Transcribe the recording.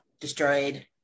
destroyed